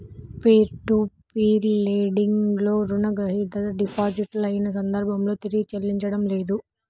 peer to peer lending లో రుణగ్రహీత default అయిన సందర్భంలో తిరిగి చెల్లించడం లేదు